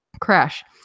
crash